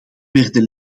werden